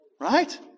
right